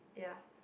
ya